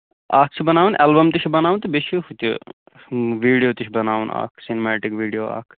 اکھ چھُ بَناُن اٮ۪لبَم تہِ چھُ بَناوُن بیٚیہِ چھُ ہُہ تہِ ویٖڈیو تہِ چھُ بَناوُن اکھ سِمیٹِک ویٖڈیو اکھ